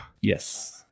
Yes